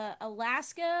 Alaska